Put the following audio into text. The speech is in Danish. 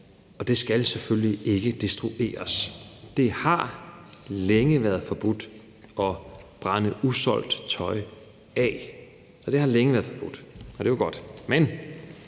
og det skal selvfølgelig ikke destrueres. Det har længe været forbudt at brænde usolgt tøj af. Det har længe været forbudt, og det er jo godt. Men